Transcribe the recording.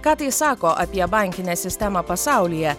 ką tai sako apie bankinę sistemą pasaulyje